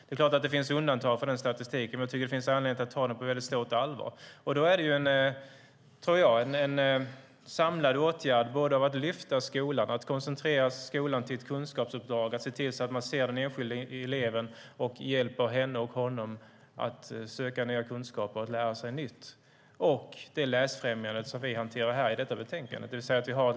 Det är klart att det finns undantag från den statistiken, men det finns anledning att ta den på stort allvar. En samlad åtgärd är att lyfta fram skolan och koncentrera skolan till ett kunskapsuppdrag, se den enskilda eleven och hjälpa henne och honom att söka nya kunskaper. Det gäller även det läsfrämjande vi tar upp i detta betänkande.